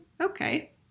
Okay